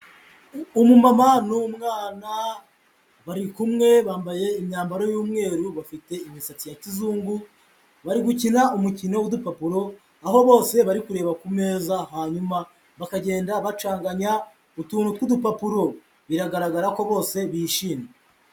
Umumama n'umwana bari kumwe, bambaye imyambaro y'umweru, bafite imisatsi ya kizungu, bari gukina umukino w'udupapuro, aho bose bari kureba ku meza hanyuma bakagenda bacanganya utuntu tw'udupapuro, biragaragara ko bose bishimye.